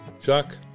Chuck